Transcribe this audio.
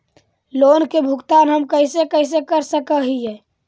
Loan के भुगतान हम कैसे कैसे कर सक हिय?